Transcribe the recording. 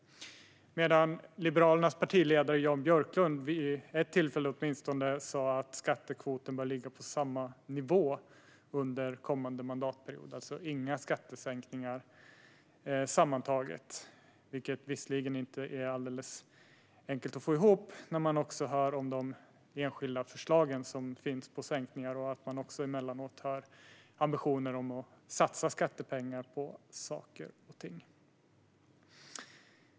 Liberalernas partiledare Jan Björklund sa vid åtminstone ett tillfälle att skattekvoten bör ligga på samma nivå under kommande mandatperiod - sammantaget inga skattesänkningar, alltså. Detta är inte alldeles enkelt att få ihop när man också hör om de enskilda förslag till sänkningar som finns. Man har också emellanåt ambitioner att satsa skattepengar på saker och ting.